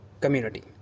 community